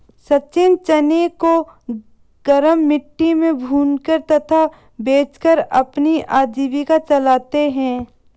सचिन चने को गरम मिट्टी में भूनकर तथा बेचकर अपनी आजीविका चलाते हैं